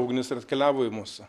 ugnis ir atkeliavo į mus